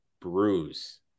bruise